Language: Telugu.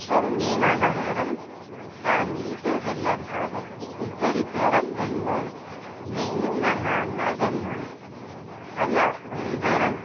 సో మేము అందరం ఫ్యామిలీతో వెళ్లాం కాబట్టి ఇద్దరు ఇద్దరం వెళ్ళాం నేను మా నాన్నవెళ్ళాం అలా అందరం